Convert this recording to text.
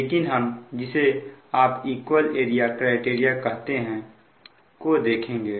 लेकिन हम जिसे आप इक्वल एरिया क्राइटेरिया कहते हैं को देखेंगे